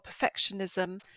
perfectionism